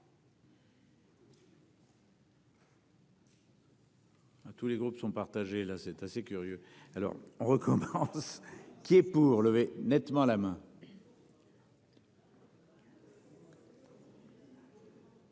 tous les groupes sont partagés, là c'est assez curieux. Alors on recommence. Qui est pour lever nettement à la main.